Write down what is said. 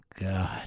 God